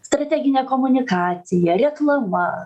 strateginė komunikacija reklama